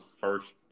first